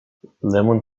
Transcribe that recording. lemon